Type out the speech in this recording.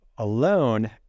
alone